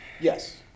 Yes